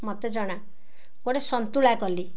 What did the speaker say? ମୋତେ ଜଣା ଗୋଟେ ସନ୍ତୁଳା କଲି